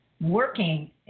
working